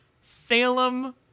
Salem